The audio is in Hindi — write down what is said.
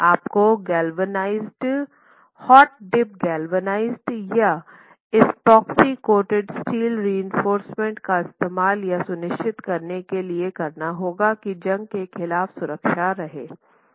आपको गैल्वेनाइज्ड हॉट डिप गैल्वेनाइज्ड या इपोक्सी कोटेड स्टील रिइंफोर्समेन्ट का इस्तेमाल या सुनिश्चित करने के लिए करना होगा की जंग के खिलाफ सुरक्षा रहे